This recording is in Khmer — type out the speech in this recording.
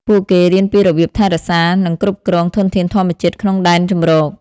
ពួកគេរៀនពីរបៀបថែរក្សា និងគ្រប់គ្រងធនធានធម្មជាតិក្នុងដែនជម្រក។